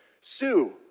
Sue